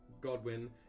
Godwin